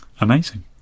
Amazing